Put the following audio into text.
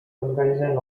comparison